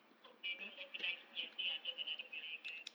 hope they don't recognise me and think I'm just another malay girl